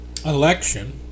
election